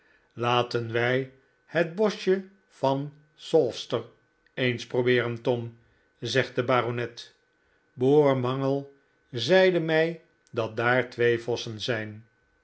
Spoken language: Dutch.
geheschen latenwij het boschje van sowster eens probeeren tom zegt de baronet boer mangle zeide mij dat daar twee vossen zijn